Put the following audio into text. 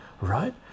Right